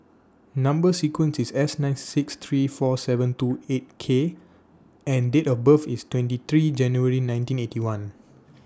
Number sequence IS S nine six three four seven two eight K and Date of birth IS twenty three January nineteen Eighty One